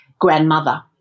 grandmother